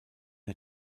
her